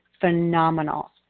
phenomenal